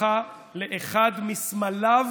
הפכה לאחד מסמליו